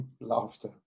laughter